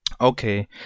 Okay